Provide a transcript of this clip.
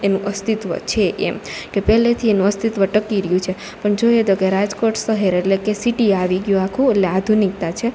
એનું અસ્તિત્વ છે એમ કે પેલેથી એનું અસ્તિત્વ ટકી રર્યુ છે પણ જોઈએ તો કે રાજકોટ સહેર એટલે કે સિટી આવી ગ્યું આખું એટલે આધુનિકતા છે